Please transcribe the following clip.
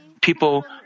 people